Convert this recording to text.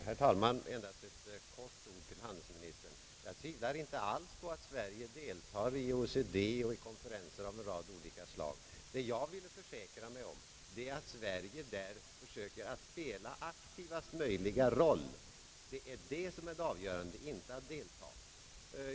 Herr talman! Endast ett kort ord till handelsministern. Jag tvivlar inte alls på att Sverige deltar i OECD och konferenser av olika slag. Vad jag vill försäkra mig om är att Sverige där försöker spela aktivast möjliga roll. Det är det som är avgörande, inte att delta.